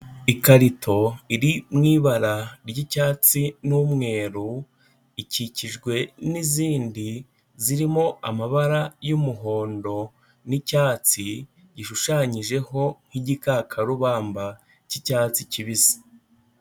Ikarito iri mu ibara ry'icyatsi n'umweru ikikijwe n'izindi zirimo amabara y'umuhondo n'icyatsi gishushanyijeho nk'igikakarubamba k'icyatsi kibisi.